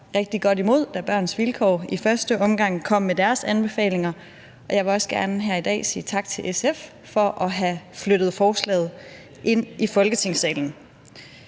rigtig godt imod det, da Børns Vilkår i første omgang kom med deres anbefalinger, og jeg vil også gerne her i dag sige tak til SF for at have flyttet forslaget ind i Folketingssalen.